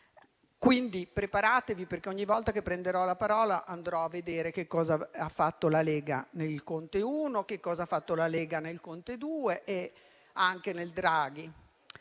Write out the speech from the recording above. quindi preparatevi, perché ogni volta che prenderò la parola andrò a vedere che cosa ha fatto la Lega nel Governo Conte I, che cosa ha fatto nel Governo Conte II e anche nel Governo